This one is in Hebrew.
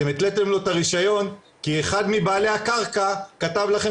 אתם התליתם לו את הרישיון כי אחד מבעלי הקרקע כתב לכם